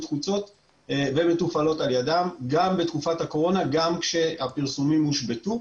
חוצות ומתופעלות על ידן גם בתקופת הקורונה וגם כאשר הפרסומים הושבתו.